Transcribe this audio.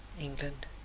England